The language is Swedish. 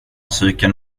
cykeln